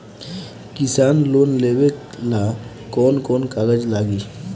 किसान लोन लेबे ला कौन कौन कागज लागि?